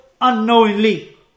unknowingly